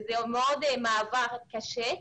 לכן המעבר לכאן קשה.